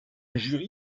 jury